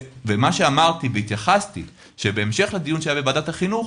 אמרתי שבהמשך לדיון שהיה בוועדת החינוך,